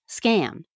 scam